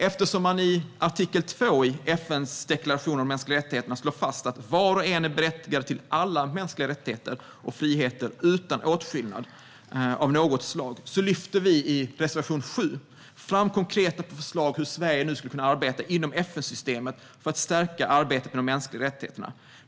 Eftersom det i artikel 2 i FN:s deklaration om de mänskliga rättigheterna slås fast att var och en är berättigad till alla mänskliga rättigheter och friheter, utan åtskillnad av något slag, lyfter vi i reservation 7 fram konkreta förslag till hur Sverige nu skulle kunna arbeta inom FN-systemet för att stärka arbetet med de mänskliga rättigheterna.